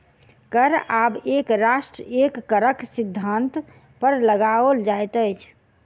कर आब एक राष्ट्र एक करक सिद्धान्त पर लगाओल जाइत अछि